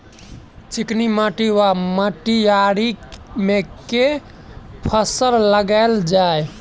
चिकनी माटि वा मटीयारी मे केँ फसल लगाएल जाए?